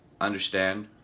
understand